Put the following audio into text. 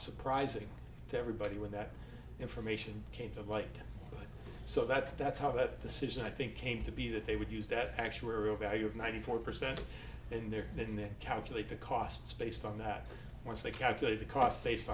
surprising to everybody when that information came to light so that's that's how that the sitting i think came to be that they would use that actuarial value of ninety four percent in there and then calculate the costs based on that once they calculate the cost based